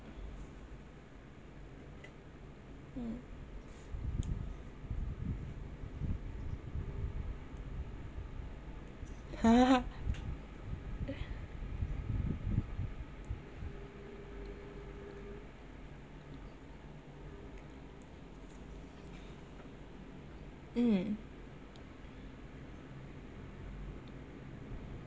yeah mm